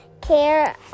care